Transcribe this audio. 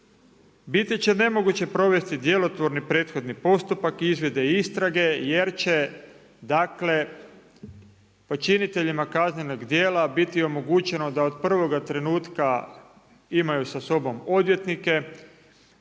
biti će nemoguće provesti djelotvorni prethodni postupak i izvide istrage jer će dakle počiniteljima kaznenog djela biti omogućeno da od prvoga trenutka imaju sa sobom odvjetnike.